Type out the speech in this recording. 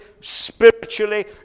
spiritually